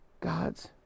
God's